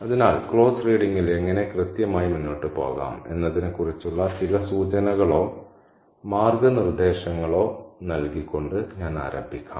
അതിനാൽ ക്ലോസ്ഡ് റീഡിങ്ൽ എങ്ങനെ കൃത്യമായി മുന്നോട്ടുപോകാം എന്നതിനെക്കുറിച്ചുള്ള ചില സൂചനകളോ മാർഗ്ഗനിർദ്ദേശങ്ങളോ നൽകിക്കൊണ്ട് ഞാൻ ആരംഭിക്കാം